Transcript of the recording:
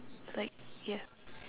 like ya